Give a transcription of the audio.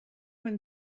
when